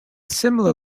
similar